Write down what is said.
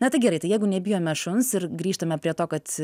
na tai gerai tai jeigu nebijome šuns ir grįžtame prie to kad